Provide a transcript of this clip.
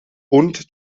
und